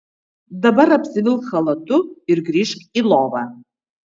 dabar apsivilk chalatu ir grįžk į lovą